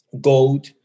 gold